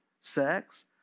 sex